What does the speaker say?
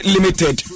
Limited